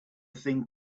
thing